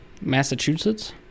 Massachusetts